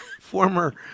former